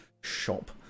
shop